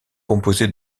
composé